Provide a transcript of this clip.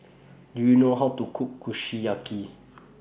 Do YOU know How to Cook Kushiyaki